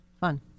Fun